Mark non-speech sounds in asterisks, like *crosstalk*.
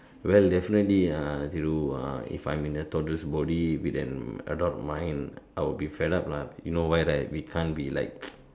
well definitely uh Thiru if I'm in a toddlers body with an adult mind I'll be fed up lah you know why right we can't be like *noise*